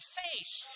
face